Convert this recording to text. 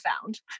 found